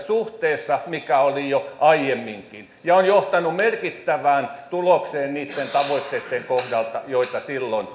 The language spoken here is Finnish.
suhteessa mikä oli jo aiemminkin ja on johtanut merkittävään tulokseen niitten tavoitteitten kohdalta joita silloin